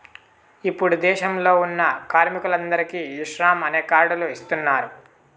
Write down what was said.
ఇప్పుడు దేశంలో ఉన్న కార్మికులందరికీ ఈ శ్రమ్ అనే కార్డ్ లు ఇస్తున్నారు